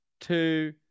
two